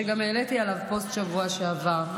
וגם העליתי עליו פוסט בשבוע שעבר,